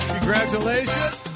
Congratulations